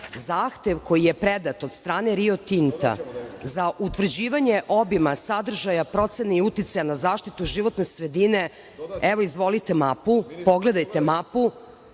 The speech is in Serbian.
koji je predat od strane Rio Tinta za utvrđivanje obima, sadržaja, procene i uticaja na zaštitu životne sredine, izvolite mapu, pogledajte mapu